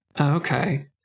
Okay